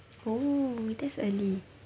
oo that's early